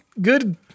Good